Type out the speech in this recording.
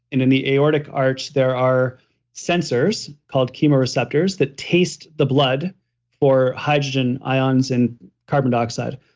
in in the aortic arch, there are sensors called chemo receptors that taste the blood for hydrogen ions and carbon dioxide.